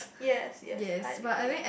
yes yes I agree